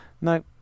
No